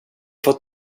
fått